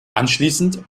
anschließend